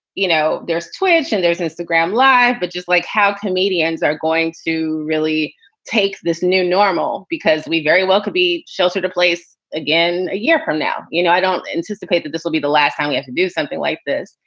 you know, there's twitch and there's instagram live. but just like how comedians are going to really take this new normal, because we very well could be shelter to place again a year from now. you, know i don't anticipate that this will be the last time we have to do something like this.